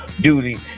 duty